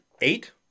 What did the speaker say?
Eight